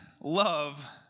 love